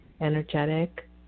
energetic